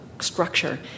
structure